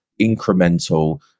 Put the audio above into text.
incremental